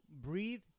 Breathe